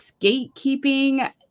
gatekeeping